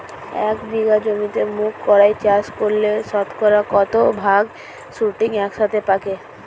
এক বিঘা জমিতে মুঘ কলাই চাষ করলে শতকরা কত ভাগ শুটিং একসাথে পাকে?